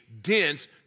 dense